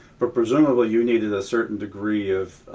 but presumably you needed a certain degree of